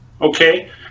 Okay